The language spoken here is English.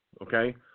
okay